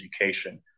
education